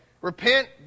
Repent